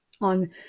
on